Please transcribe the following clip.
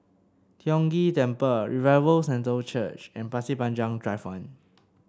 Tiong Ghee Temple Revival Centre Church and Pasir Panjang Drive One